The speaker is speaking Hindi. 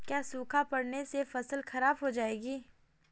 क्या सूखा पड़ने से फसल खराब हो जाएगी?